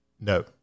No